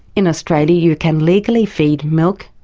in australia you can legally feed milk,